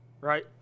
right